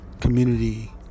community